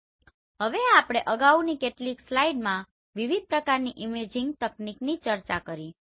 તો હવે આપણે અગાઉની કેટલીક સ્લાઇડ્સમાં વિવિધ પ્રકારની ઇમેજિંગ તકનીકની ચર્ચા કરી છે